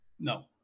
No